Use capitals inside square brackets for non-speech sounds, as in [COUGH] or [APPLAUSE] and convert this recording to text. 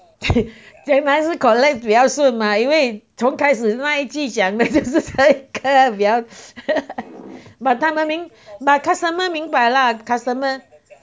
[LAUGHS] 这样还是 collect 比较顺吗因为从开始另外一句讲的是 [LAUGHS] but 他们明白 customer 明白啦 customer